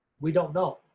we don't know.